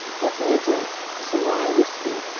give me a drink some rye whisky.